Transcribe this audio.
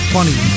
Funny